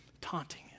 taunting